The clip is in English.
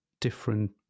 different